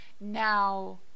Now